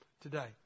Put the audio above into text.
today